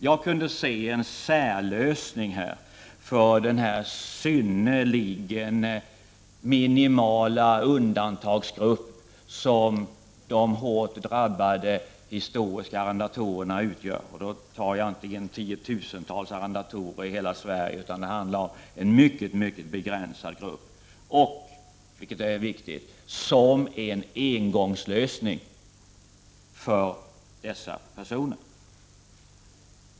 Jag kunde se en särlösning för den synnerligen minimala undantagsgrupp som de hårt drabbade historiska arrendatorerna utgör. Det rör sig inte om tiotusentals arrendatorer i Sverige, utan en mycket begränsad grupp. Det skulle vara, vilket är viktigt, en engångslösning för dessa personer.